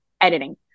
editing